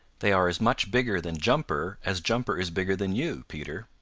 they are as much bigger than jumper as jumper is bigger than you, peter.